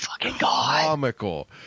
comical